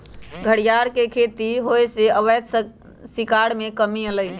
घरियार के खेती होयसे अवैध शिकार में कम्मि अलइ ह